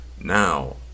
now